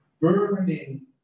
burning